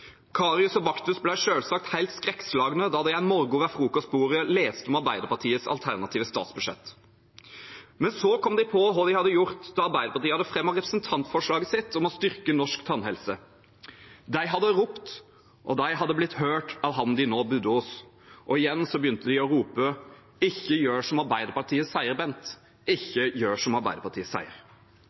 Karius og Baktus ble selvsagt helt skrekkslagne da de en morgen ved frokostbordet leste om Arbeiderpartiets alternative statsbudsjett. Men så kom de på hva de hadde gjort da Arbeiderpartiet hadde fremmet representantforslaget sitt om å styrke norsk tannhelse. De hadde ropt, og de hadde blitt hørt av han de nå bodde hos. Og igjen begynte de å rope: Ikke gjør som Arbeiderpartiet sier, Bent, ikke gjør som